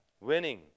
winning